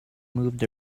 moved